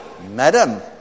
Madam